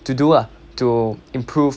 to do ah to improve